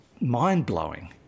mind-blowing